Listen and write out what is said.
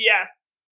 Yes